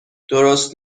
درست